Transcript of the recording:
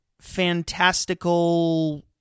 fantastical